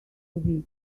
week